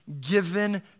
given